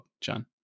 John